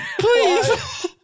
Please